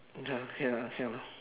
okay ah okay lah okay lah